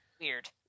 Weird